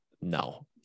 No